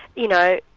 you know,